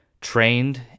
trained